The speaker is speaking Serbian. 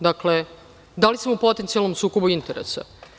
Dakle, da li smo u potencijalnom sukobu interesa?